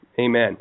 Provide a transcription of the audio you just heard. Amen